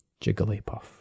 Jigglypuff